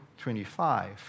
25